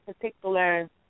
particular